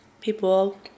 people